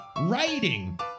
writing